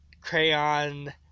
Crayon